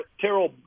Terrell